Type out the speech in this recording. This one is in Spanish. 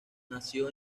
nació